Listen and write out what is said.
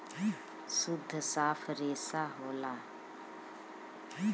सुद्ध साफ रेसा होला